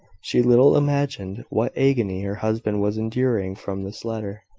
she little imagined what agony her husband was enduring from this letter,